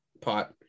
pot